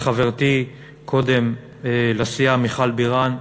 לחברתי לסיעה מיכל בירן.